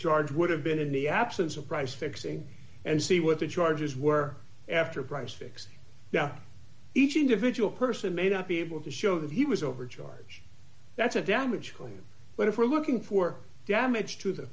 charge would have been in the absence of price fixing and see what the charges were after price fixing down each individual person may not be able to show that he was overcharge that's a damage claim but if we're looking for damage to the